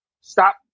stop